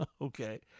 Okay